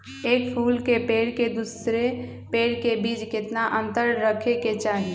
एक फुल के पेड़ के दूसरे पेड़ के बीज केतना अंतर रखके चाहि?